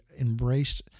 embraced